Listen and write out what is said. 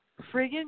friggin